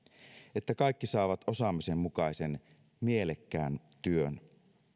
että kaikki saavat osaamisensa mukaisen mielekkään työn